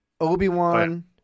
Obi-Wan—